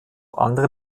andere